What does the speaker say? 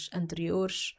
anteriores